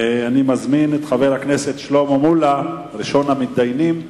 מזמין את חבר הכנסת שלמה מולה, ראשון המתדיינים.